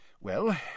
Well